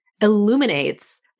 illuminates